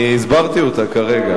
אני הסברתי אותה כרגע.